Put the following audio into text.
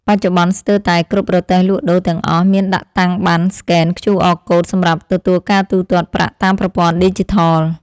បច្ចុប្បន្នស្ទើរតែគ្រប់រទេះលក់ដូរទាំងអស់មានដាក់តាំងប័ណ្ណស្កែនឃ្យូអរកូដសម្រាប់ទទួលការទូទាត់ប្រាក់តាមប្រព័ន្ធឌីជីថល។